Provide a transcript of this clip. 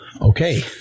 okay